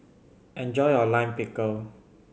enjoy your Lime Pickle